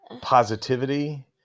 positivity